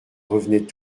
revenait